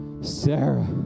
Sarah